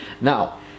now